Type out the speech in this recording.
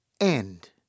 end